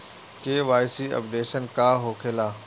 KYC updation का होखेला?